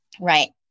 Right